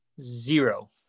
Zero